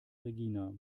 regina